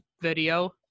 video